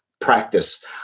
practice